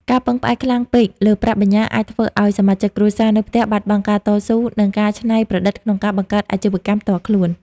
ការពឹងផ្អែកខ្លាំងពេក លើប្រាក់បញ្ញើ អាចធ្វើឱ្យសមាជិកគ្រួសារនៅផ្ទះបាត់បង់ការតស៊ូ និងការច្នៃប្រឌិតក្នុងការបង្កើតអាជីវកម្មផ្ទាល់ខ្លួន។